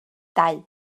dau